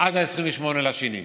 עד 28 בפברואר.